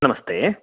नमस्ते